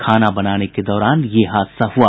खाना बनाने के दौरान यह हादसा हुआ